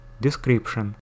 Description